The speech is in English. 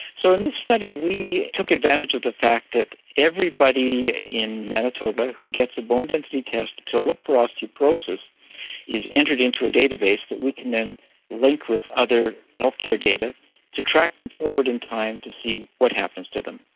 so in this study we took advantage of the fact that everybody in manitoba who gets a bone density test to look for osteoporosis is entered into a database that we can then link with other healthcare data to track them forward in time to see what happens to them.